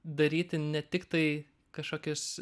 daryti ne tiktai kažkokius